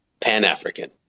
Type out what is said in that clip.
Pan-African